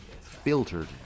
filtered